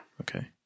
Okay